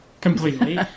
completely